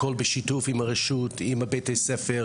הכל נעשה בשיתוף כמובן של הרשות המקומית ועם בתי הספר.